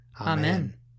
Amen